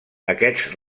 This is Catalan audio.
aquests